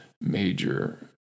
major